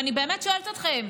ואני באמת שואלת אתכם: